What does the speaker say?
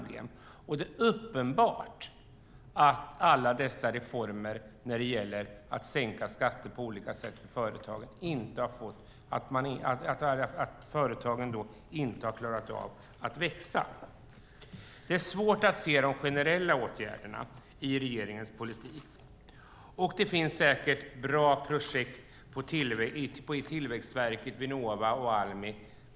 Det är uppenbart att alla dessa reformer när det gäller att sänka skatter på olika sätt för företagen inte har gjort att de klarat av att växa. Det är svårt att se de generella åtgärderna i regeringens politik. Det finns säkert bra projekt på Tillväxtverket, Vinnova och Almi.